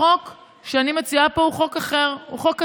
החוק שאני מציעה פה הוא חוק אחר, הוא חוק קטן,